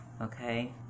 Okay